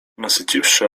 nasyciwszy